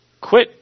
quit